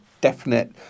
definite